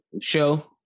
show